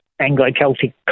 Anglo-Celtic